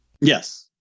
Yes